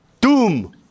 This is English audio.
doom